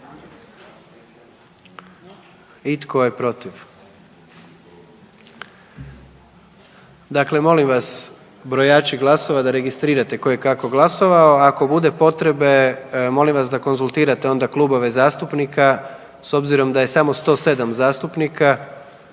I tko je protiv?